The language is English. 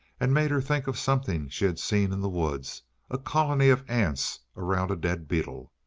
and made her think of something she had seen in the woods a colony of ants around a dead beetle.